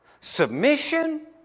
submission